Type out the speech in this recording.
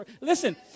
Listen